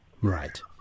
Right